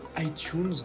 iTunes